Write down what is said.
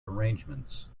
arrangements